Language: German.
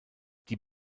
die